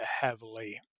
heavily